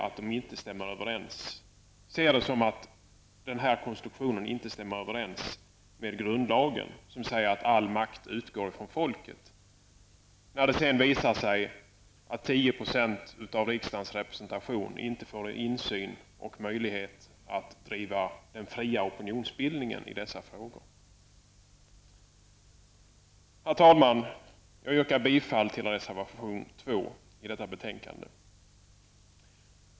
Vi ser det som att denna konstruktion inte stämmer överens med grundlagen, som säger att all makt utgår från folket, när 10 % av riksdagens representation inte får insyn och möjlighet att driva den fria opinionsbildningen i dessa frågor. Herr talman! Jag yrkar bifall till reservation 2 till detta betänkande.